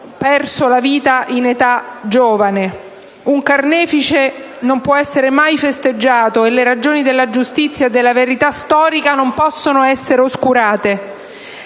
perso la vita in giovane età. Un carnefice non può essere mai festeggiato e le ragioni della giustizia e della verità storica non possono essere oscurate.